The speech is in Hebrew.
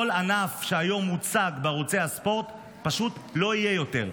כל ענף שהיום מוצג בערוצי הספורט פשוט לא יהיה יותר.